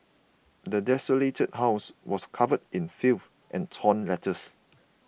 the desolated house was covered in filth and torn letters